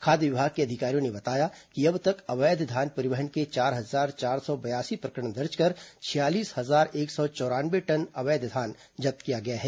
खाद्य विभाग के अधिकारियों ने बताया कि अब तक अवैध धान परिवहन के चार हजार चार सौ बयासी प्रकरण दर्ज कर छियालीस हजार एक सौ चौरानवे टन अवैध धान जब्त किया गया है